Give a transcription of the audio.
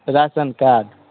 ration card